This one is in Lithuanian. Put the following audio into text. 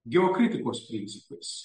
geokritikos principais